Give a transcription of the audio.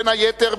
בין היתר,